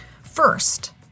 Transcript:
First